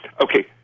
Okay